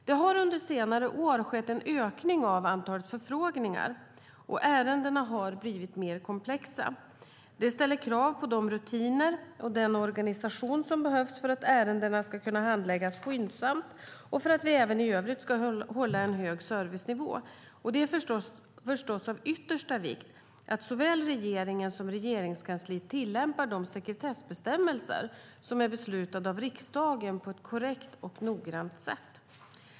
Det har under senare år skett en ökning av antalet förfrågningar, och ärendena har blivit mer komplexa. Detta ställer krav på de rutiner och den organisation som behövs för att ärendena ska kunna handläggas skyndsamt och för att vi även i övrigt ska kunna hålla en hög servicenivå. Det är förstås av yttersta vikt att såväl regeringen som Regeringskansliet tillämpar de sekretessbestämmelser som är beslutade av riksdagen på ett korrekt och noggrant sätt.